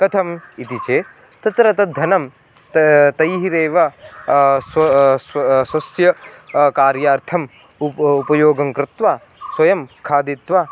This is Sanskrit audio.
कथम् इति चेत् तत्र तद्धनं ता तैरेव स्वा स्व स्वस्य कार्यार्थम् उप् उपयोगं कृत्वा स्वयं खादित्वा